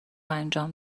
انجام